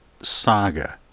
Saga